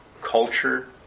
culture